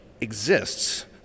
exists